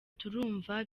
turumva